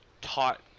taught